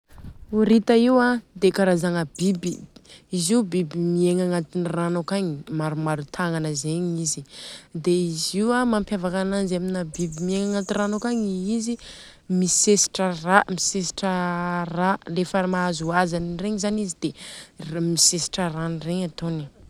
Horita io a dia karazagna biby. Izy io biby miegna agnatin'ny rano akagny, maromaro tagnana zegny izy. Dia izy io a mampiavaka ananjy amina biby miegna agnaty rano akagny dia izy misesitra ra, misesitra ra. Rehefa mahazo hajany regny zany izy dia misesitra ran'regny atôny.